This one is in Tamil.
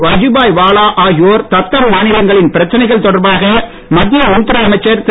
வாஜுபாய் வாலா ஆகியோர் தத்தம் மாநிலங்களின் பிரச்சனைகள் தொடர்பாக மத்திய உள்துறை அமைச்சர் திரு